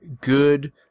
good